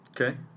Okay